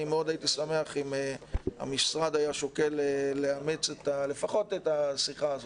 ומאוד הייתי שמח עם המשרד היה שוקל לאמץ לפחות את השיחה הזו.